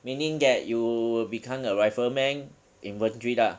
meaning that you will become a rifle man inventory lah